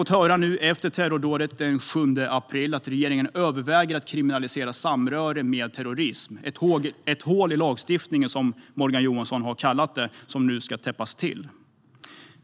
Vi har nu efter terrordådet den 7 april fått höra att regeringen överväger att kriminalisera samröre med terrorism. Morgan Johansson har kallat det för ett hål i lagstiftningen som nu ska täppas till.